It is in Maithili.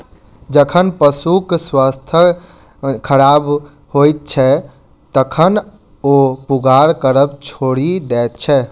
जखन पशुक स्वास्थ्य खराब होइत छै, तखन ओ पागुर करब छोड़ि दैत छै